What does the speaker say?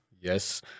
Yes